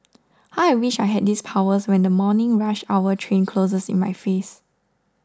how I wish I had these powers when the morning rush hour train closes in my face